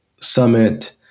summit